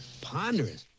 Ponderous